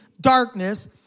darkness